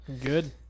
good